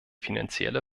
finanzielle